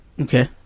Okay